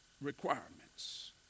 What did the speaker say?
Requirements